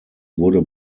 wurde